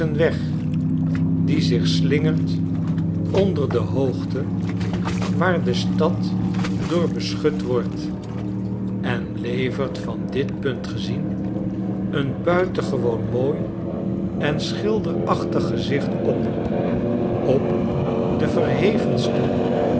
weg die zich slingert onder de hoogten waar de stad door beschut wordt en levert van dit puntgezien een buitengewoon mooi en schilderachtig gezicht op op de verhevenste